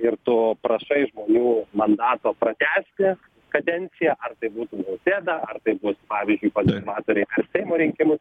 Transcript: ir tu prašai žmonių mandatą pratęsti kadenciją ar tai būtų nausėda ar tai bus pavyzdžiui konservatoriai prieš seimo rinkimus